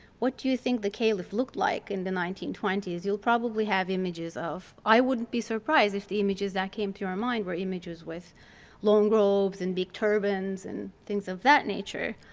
what do you think the caliph looked like in the nineteen twenty s, you'll probably have images of i wouldn't be surprised if the images that came to your mind were images with long robes and big turbans and things of that nature.